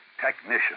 technician